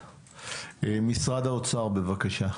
משרד האוצר, בבקשה.